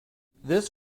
this